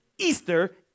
Easter